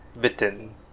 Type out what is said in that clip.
bitten